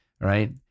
right